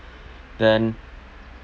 then